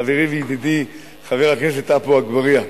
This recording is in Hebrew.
חברי וידידי חבר הכנסת עפו אגבאריה,